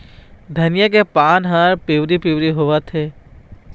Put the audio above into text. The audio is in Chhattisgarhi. धनिया के पान हर पिवरी पीवरी होवथे?